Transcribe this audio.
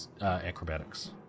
acrobatics